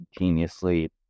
geniusly